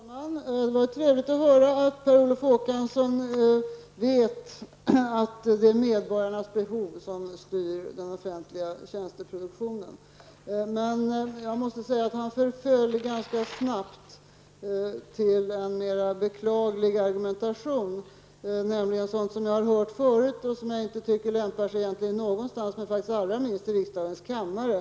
Herr talman! Det var trevligt att höra att Per Olof Håkansson vet att det är medborgarnas behov som styr den offentliga tjänsteproduktionen. Men jag måste säga att han ganska snabbt förföll till en mer beklaglig argumentation, nämligen till sådant som jag har hört förut och som jag egentligen inte tycker lämpar sig någonstans, men faktiskt allra minst i riksdagens kammare.